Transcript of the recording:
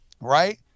right